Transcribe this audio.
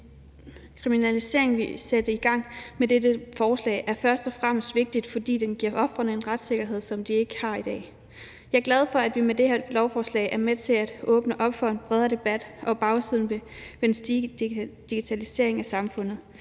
Kriminaliseringen af det, som vi muliggør med lovforslaget, er først og fremmest vigtigt, fordi det giver ofrene en retssikkerhed, som de ikke har i dag. Jeg er glad for, at vi med det her lovforslag er med til at åbne op for en bredere debat om bagsiden ved den stigende digitalisering af samfundet.